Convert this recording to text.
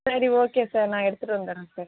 சரி okay sir நான் எடுத்துரு வந்துடுறேன் சார்